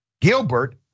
Gilbert